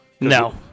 No